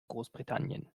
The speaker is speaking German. großbritannien